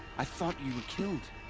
i thought you were killed!